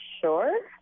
Sure